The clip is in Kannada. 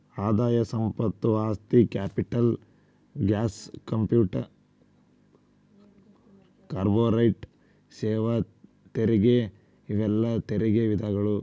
ಆದಾಯ ಸಂಪತ್ತು ಆಸ್ತಿ ಕ್ಯಾಪಿಟಲ್ ಗೇನ್ಸ್ ಕಾರ್ಪೊರೇಟ್ ಸೇವಾ ತೆರಿಗೆ ಇವೆಲ್ಲಾ ತೆರಿಗೆ ವಿಧಗಳು